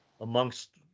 amongst